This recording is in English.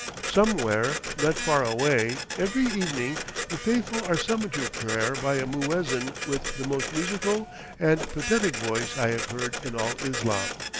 somewhere, not far away, every evening the faithful are summoned to prayer by a muezzin with the most musical and pathetic voice i have heard in all islam.